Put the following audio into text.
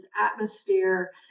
atmosphere